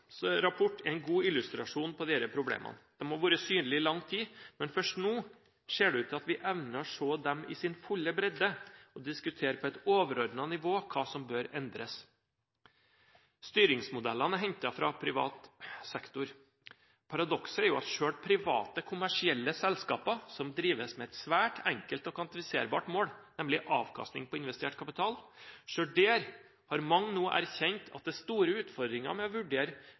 rapport er en god illustrasjon på disse problemene. De har vært synlige i lang tid, men først nå ser det ut til at vi evner å se dem i deres fulle bredde og diskutere på et overordnet nivå hva som bør endres. Styringsmodellene er hentet fra privat sektor. Paradokset er jo at selv i private, kommersielle selskaper som drives ut fra et svært enkelt og kvantifiserbart mål, nemlig avkastning på investert kapital, har mange nå erkjent at det er store utfordringer med å vurdere